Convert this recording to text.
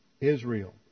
Israel